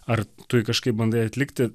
ar tu jį kažkaip bandai atlikti